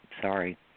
Sorry